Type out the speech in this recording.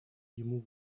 ему